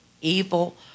evil